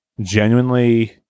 genuinely